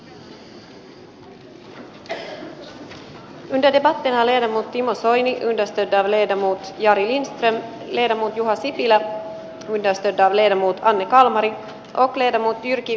koska hallitus ei rakennepaketissaan kykene esittämään suomen talouden kuntoon saattamiseksi tarvittavia toimenpiteitä sekä uudistuksia hallitus ei nauti eduskunnan luottamusta